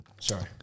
Sorry